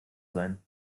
sein